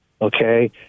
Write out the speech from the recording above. okay